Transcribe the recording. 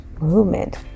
movement